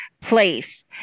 place